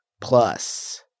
Plus